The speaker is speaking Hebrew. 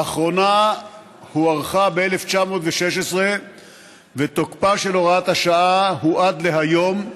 לאחרונה הוארכה ב-2016 ותוקפה של הוראת השעה הוא עד להיום,